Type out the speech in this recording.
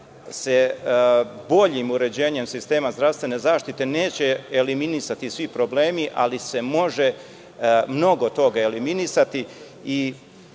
se boljim uređenjem sistema zdravstvene zaštite neće eliminisati svi problemi, ali se može mnogo toga eliminisati.